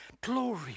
Glory